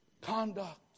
conduct